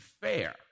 fair